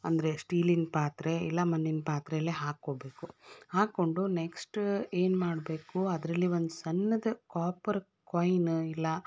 ಅಂದರೆ ಸ್ಟೀಲಿನ ಪಾತ್ರೆ ಇಲ್ಲಾ ಮಣ್ಣಿನ ಪಾತ್ರೆಯಲ್ಲೆ ಹಾಕ್ಕೋಬೇಕು ಹಾಕಿಕೊಂಡು ನೆಕ್ಸ್ಟ ಏನು ಮಾಡಬೇಕು ಅದರಲ್ಲಿ ಒಂದು ಸಣ್ಣದ್ ಕಾಪರ್ ಕಾಯ್ನ ಇಲ್ಲಾ